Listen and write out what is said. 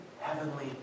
heavenly